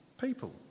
people